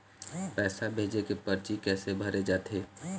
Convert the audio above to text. पैसा भेजे के परची कैसे भरे जाथे?